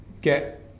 get